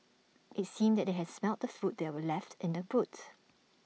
IT seemed that they had smelt the food that were left in the boot